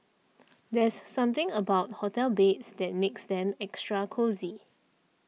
there's something about hotel beds that makes them extra cosy